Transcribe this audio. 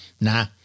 Nah